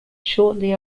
shortly